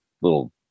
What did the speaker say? little